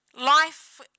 Life